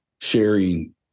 sharing